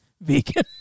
vegan